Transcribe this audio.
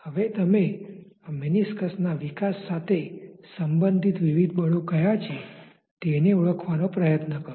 હવે તમે આ મેનિસ્કસના વિકાસ સાથે સંબંધિત વિવિધ બળો કયા છે તેને ઓળખવાનો પ્રયત્ન કરો